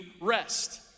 rest